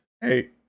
Hey